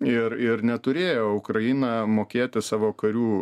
ir ir neturėjo ukraina mokėti savo karių